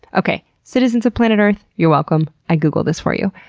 okay. citizens of planet earth, you're welcome. i googled this for you.